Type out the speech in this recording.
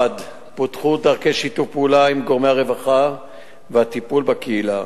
1. פותחו דרכי שיתוף פעולה עם גורמי הרווחה והטיפול בקהילה,